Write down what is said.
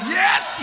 yes